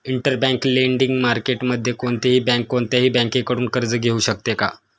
Interbank lending मार्केटमध्ये कोणतीही bank कोणत्याही बँकेकडून कर्ज घेऊ शकते का?